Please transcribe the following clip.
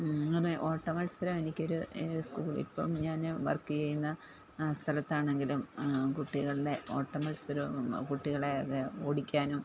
അങ്ങനെ ഓട്ട മത്സരം എനിക്കൊരു സ്കൂള് ഇപ്പോള് ഞാന് വർക്ക്യെയ്യുന്ന ആ സ്ഥലത്താണെങ്കിലും അ കുട്ടികളുടെ ഓട്ട മത്സരവും കുട്ടികളെ തെ ഓടിക്കാനും